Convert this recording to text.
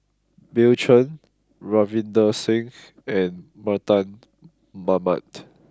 Bill Chen Ravinder Singh and Mardan Mamat